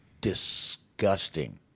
disgusting